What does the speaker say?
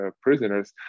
prisoners